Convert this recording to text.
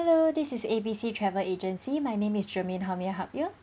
hello this is A B C travel agency my name is germane how may I help you